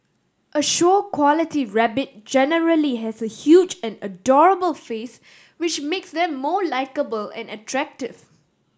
a show quality rabbit generally has a huge and adorable face which makes them more likeable and attractive